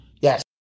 Yes